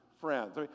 friends